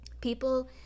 people